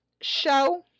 show